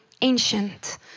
ancient